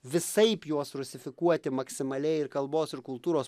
visaip juos rusifikuoti maksimaliai ir kalbos ir kultūros